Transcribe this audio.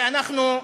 ואנחנו,